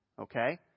okay